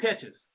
catches